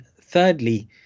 thirdly